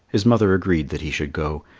his mother agreed that he should go,